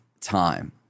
time